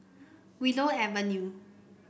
Willow Avenue